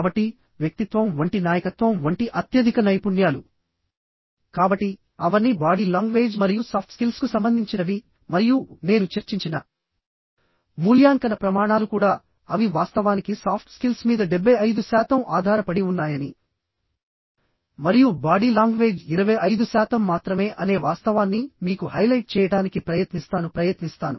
కాబట్టి వ్యక్తిత్వం వంటి నాయకత్వం వంటి అత్యధిక నైపుణ్యాలు కాబట్టి అవన్నీ బాడీ లాంగ్వేజ్ మరియు సాఫ్ట్ స్కిల్స్కు సంబంధించినవి మరియు నేను చర్చించిన మూల్యాంకన ప్రమాణాలు కూడా అవి వాస్తవానికి సాఫ్ట్ స్కిల్స్ మీద 75 శాతం ఆధారపడి ఉన్నాయని మరియు బాడీ లాంగ్వేజ్ 25 శాతం మాత్రమే అనే వాస్తవాన్ని మీకు హైలైట్ చేయడానికి ప్రయత్నిస్తాను